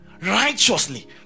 righteously